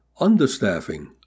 understaffing